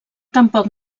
tampoc